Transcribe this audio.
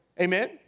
amen